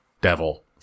devil